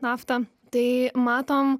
naftą tai matom